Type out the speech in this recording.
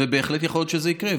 ובהחלט יכול להיות שזה יקרה.